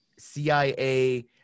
CIA